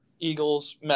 Eagles